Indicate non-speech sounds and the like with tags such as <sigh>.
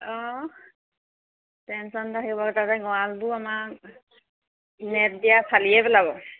অঁ <unintelligible> গঁৰালবোৰ আমাক নেট দিয়া ফালিয়ে পেলাব